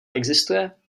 existuje